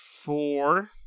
four